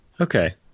okay